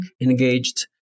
engaged